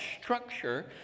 structure